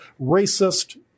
racist